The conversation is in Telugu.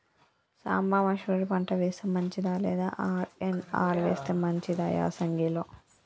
సాంబ మషూరి పంట వేస్తే మంచిదా లేదా ఆర్.ఎన్.ఆర్ వేస్తే మంచిదా యాసంగి లో?